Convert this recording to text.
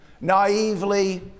naively